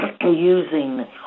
using